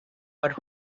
but